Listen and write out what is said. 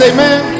Amen